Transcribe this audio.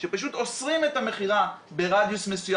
אני משאירה את זה בינכם; לד"ר אפרת אפללו,